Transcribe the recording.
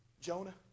Jonah